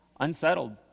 unsettled